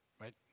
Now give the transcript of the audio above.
Right